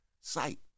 Sight